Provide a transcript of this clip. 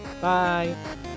Bye